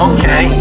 Okay